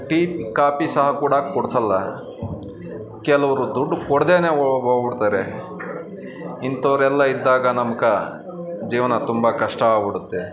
tea coffee ಸಹ ಕೂಡ ಕೊಡಿಸಲ್ಲ ಕೆಲವರು ದುಡ್ಡು ಕೊಡ್ದೆ ಹೋಗ್ ಹೋಗ್ಬಿಡ್ತಾರೆ ಇಂಥವ್ರೆಲ್ಲ ಇದ್ದಾಗ ನಮ್ಕಾ ಜೀವನ ತುಂಬ ಕಷ್ಟ ಆಗಿಬಿಡುತ್ತೆ